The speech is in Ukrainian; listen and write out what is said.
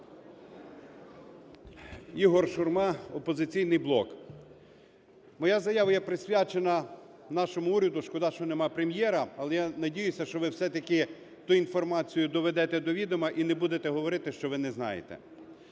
Ігор Шурма, "Опозиційний блок". Моя заява присвячена нашому уряду. Шкода, що нема Прем’єра, але я надіюся, що ви все-таки ту інформацію доведете до відома і не будете говорити, що ви не знаєте.